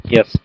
Yes